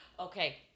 Okay